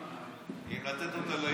אם לתת אותה ליהודים,